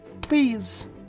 please